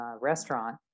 restaurant